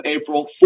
April